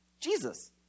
Jesus